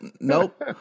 nope